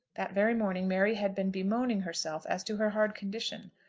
that very morning mary had been bemoaning herself as to her hard condition.